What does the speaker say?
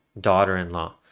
daughter-in-law